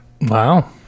Wow